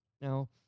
Now